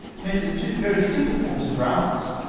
met with two very simple forms of rafts